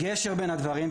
הגשר בין הדברים,